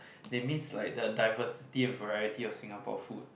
they miss like the diversity and variety of Singapore food